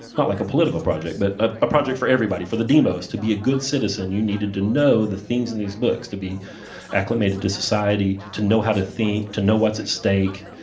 not like a political project, but a project for everybody, for the demos, to be a good citizen, you needed to know the things in these books to be acclimated to society, to know how to think, to know what's at stake.